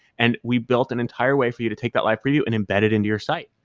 and we built an entire way for you to take that live preview and embed it into your site.